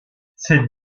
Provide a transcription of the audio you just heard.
cette